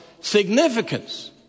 significance